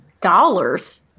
Dollars